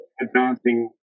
advancing